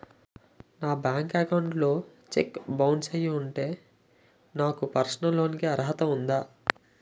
నా bank account లో cheque bounce అయ్యి ఉంటే నాకు పర్సనల్ లోన్ కీ అర్హత ఉందా?